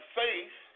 faith